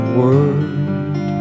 word